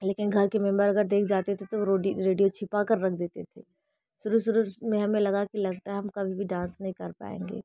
लेकिन घर के मेंबर अगर देख जाते थे तो वो रोडी रेडियो छिपा कर रख देते थे शुरू शुरू में हमें लगा कि लगता है हम कभी भी डांस नहीं कर पाएंगे